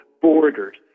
Borders